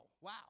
Wow